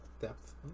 Depth